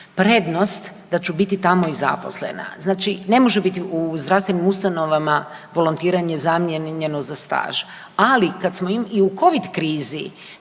prednost da ću biti tamo i zaposlena. Znači ne može biti u zdravstvenim ustanovama volontiranje zamijenjeno za staž, ali i u covid krizi